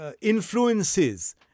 Influences